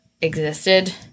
existed